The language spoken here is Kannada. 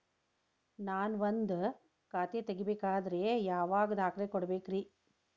ನಾನ ಒಂದ್ ಖಾತೆ ತೆರಿಬೇಕಾದ್ರೆ ಯಾವ್ಯಾವ ದಾಖಲೆ ಕೊಡ್ಬೇಕ್ರಿ?